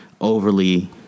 overly